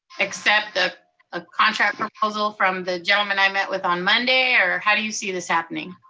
accept the ah contract proposal from the gentleman i met with on monday? or how do you see this happening?